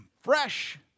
fresh